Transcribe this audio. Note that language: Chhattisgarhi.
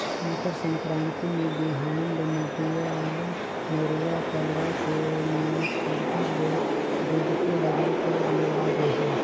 मकर संकरांति मे बिहान ले नदिया, नरूवा, तलवा के में सुग्घर ले डुबकी लगाए के रिवाज अहे